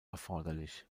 erforderlich